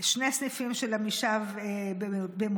שני סניפים של עמישב במודיעין,